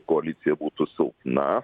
koalicija būtų silpna